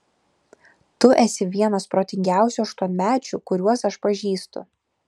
tu esi vienas protingiausių aštuonmečių kuriuos aš pažįstu